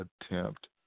attempt